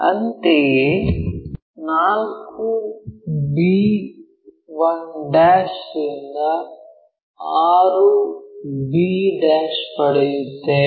ಅಂತೆಯೇ 4 b1' ರಿಂದ 6 b ಪಡೆಯುತ್ತೇವೆ